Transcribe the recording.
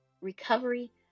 recovery